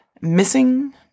missing